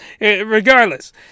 Regardless